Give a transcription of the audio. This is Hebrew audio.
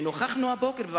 נוכחנו הבוקר לדעת,